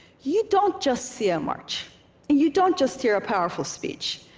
you don't just see a march and you don't just hear a powerful speech,